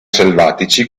selvatici